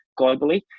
globally